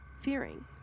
fearing